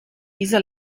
diese